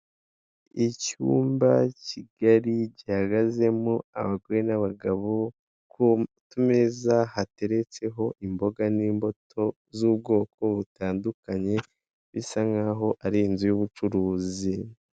Icyumba kigari gihagazemo abagore n'abagabo ku meza hateretse ho imboga n'imbuto z'ubwoko butandukanye bisa nk'aho ari inzu y'ubucuruzi.